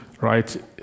right